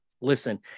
Listen